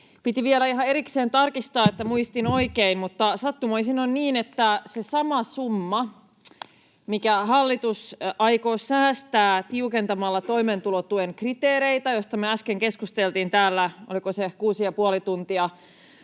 Piti vielä ihan erikseen tarkistaa, että muistin oikein, mutta sattumoisin on niin, että se sama summa, minkä hallitus aikoo säästää tiukentamalla toimeentulotuen kriteereitä, joista me äsken keskusteltiin täällä, oliko se, kuusi ja puoli tuntia,